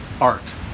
art